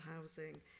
housing